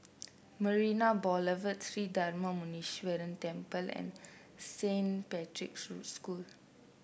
Marina Boulevard Sri Darma Muneeswaran Temple and Saint Patrick's School